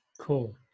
Cool